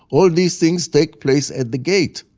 all these things take place at the gate.